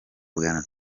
bwana